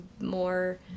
more